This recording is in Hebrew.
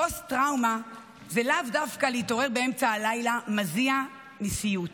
פוסט-טראומה זה לאו דווקא להתעורר באמצע הלילה מזיע מסיוט.